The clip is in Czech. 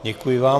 Děkuji vám.